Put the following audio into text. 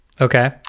Okay